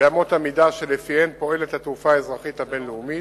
באמות המידה שלפיהן פועלת התעופה האזרחית הבין-לאומית,